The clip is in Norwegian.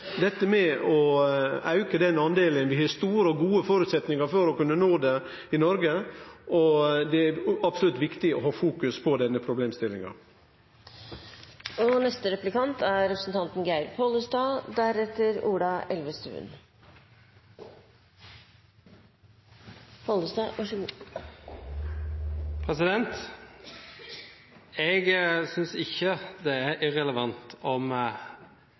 Dette med styrking av energifondet er også eit tiltak som vil auke fornybardelen. Vi ser heilt klart at vi har store og gode føresetnader for å kunne få til å auke den delen i Noreg. Det er absolutt viktig å fokusere på denne problemstillinga. Jeg synes ikke det er irrelevant om